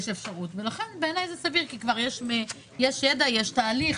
לכן בעיניי זה סביר, כי כבר יש ידע, יש תהליך.